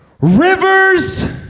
Rivers